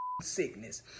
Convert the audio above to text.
sickness